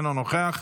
אינו נוכח,